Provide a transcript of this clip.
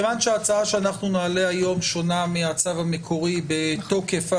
מכיוון שההצעה שאנחנו נעלה היום שונה מהצו המקורי בתוקף,